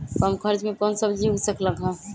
कम खर्च मे कौन सब्जी उग सकल ह?